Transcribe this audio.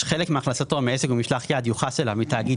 חלק מהכנסתו מעסק או ממשלח יד יוחס אליו מתאגיד